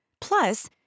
Plus